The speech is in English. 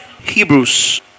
Hebrews